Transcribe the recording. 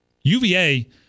UVA